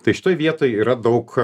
tai šitoj vietoj yra daug